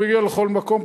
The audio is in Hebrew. הוא מגיע לכל מקום,